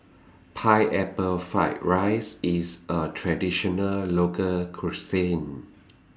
Pineapple Fried Rice IS A Traditional Local Cuisine